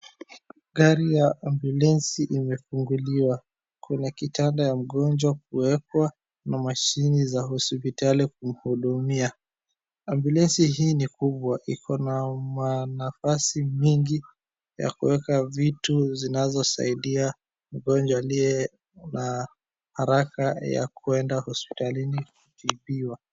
Gari ya ambiulensi imefunguliwa. Kuna kitanda ya mgonjwa kuwekwa, na mashini za hospitali kumhudumia. Ambiulensi hii ni kubwa, iko na manafasi mengi ya kuweka vitu zinazosaidia mgonjwa aliye na haraka ya kuenda hospitalini kutibiwa.